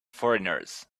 foreigners